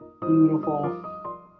beautiful